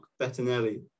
Bettinelli